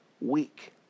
week